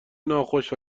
ناخوش